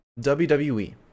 WWE